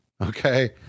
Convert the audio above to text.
Okay